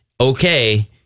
okay